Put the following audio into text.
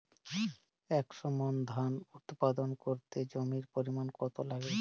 একশো মন ধান উৎপাদন করতে জমির পরিমাণ কত লাগবে?